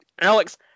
Alex